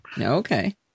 Okay